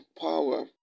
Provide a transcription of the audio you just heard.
power